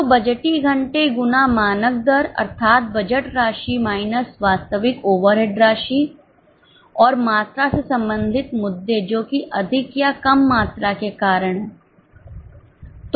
तो बजटीय घंटे गुना मानक दर अर्थात बजट राशि माइनस वास्तविक ओवरहेड राशि और मात्रा से संबंधित मुद्दे जोकि अधिक या कम मात्रा के कारण है